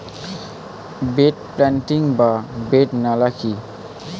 Bed planting বা bed নালা কি?